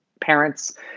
parents